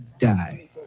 die